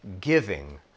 giving